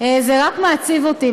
זה רק מעציב אותי.